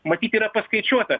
matyt yra paskaičiuota